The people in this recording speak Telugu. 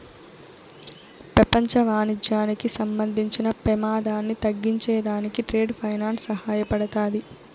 పెపంచ వాణిజ్యానికి సంబంధించిన పెమాదాన్ని తగ్గించే దానికి ట్రేడ్ ఫైనాన్స్ సహాయపడతాది